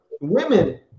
women